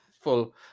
full